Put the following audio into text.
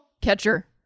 catcher